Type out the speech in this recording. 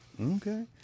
Okay